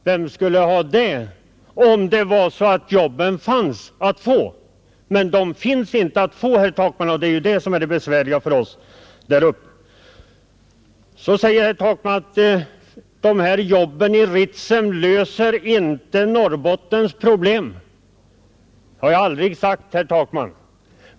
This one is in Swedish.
Vem skulle ha det — om det vore så att jobben fanns? Men de finns inte, herr Takman, och det är det som är det besvärliga för oss däruppe. Herr Takman sade också att jobben i Ritsem inte löser hela Norrbottens problem. Det har jag heller aldrig sagt.